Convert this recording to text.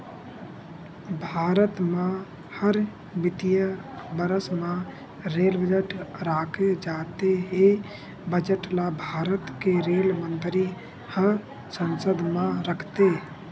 भारत म हर बित्तीय बरस म रेल बजट राखे जाथे ए बजट ल भारत के रेल मंतरी ह संसद म रखथे